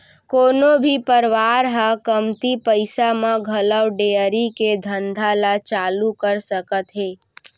कोनो भी परवार ह कमती पइसा म घलौ डेयरी के धंधा ल चालू कर सकत हे